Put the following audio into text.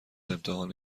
امتحان